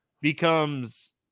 becomes